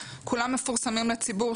כולם מפורסמים לציבור,